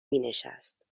مینشست